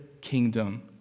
kingdom